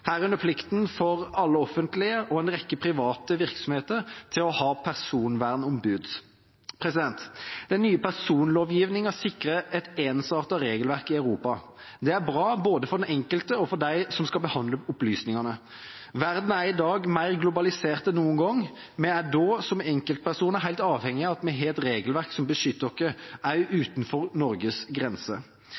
herunder plikten for alle offentlige og en rekke private virksomheter til å ha personvernombud. Den nye personvernlovgivningen sikrer et ensartet regelverk i Europa. Det er bra både for den enkelte og for dem som skal behandle opplysningene. Verden er i dag mer globalisert enn noen gang. Vi er da som enkeltpersoner helt avhengig av at vi har et regelverk som beskytter oss også utenfor Norges grenser.